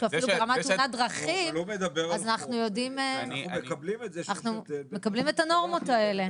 אפילו ברמת תאונת דרכים אז אנחנו מקבלים את הנורמות האלה.